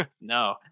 No